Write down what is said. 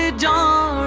ah job